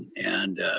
and